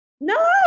no